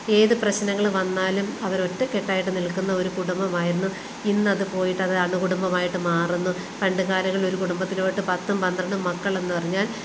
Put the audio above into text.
ഏത് പ്രശ്നങ്ങള് വന്നാലും അവരൊറ്റ കെട്ടായിട്ട് നിൽക്കുന്ന ഒര് കുടുംബമായിരുന്നു ഇന്നത് പോയിട്ടത് അണു കുടുംബമായിട്ട് മാറുന്നു പണ്ട് കാലങ്ങളിലൊര് കുടുംബത്തിലോട്ട് പത്തും പന്ത്രണ്ടും മക്കളെന്ന് പറഞ്ഞാൽ